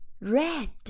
red